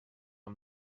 amb